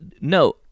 No